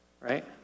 right